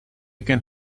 can